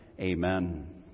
Amen